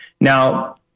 Now